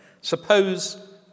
Suppose